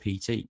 PT